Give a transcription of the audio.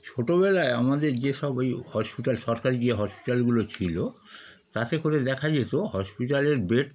ছোটবেলায় আমাদের যেসব ওই হসপিটাল সরকারি যে হসপিটালগুলো ছিল তাতে করে দেখা যেত হসপিটালের বেড